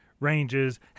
Ranges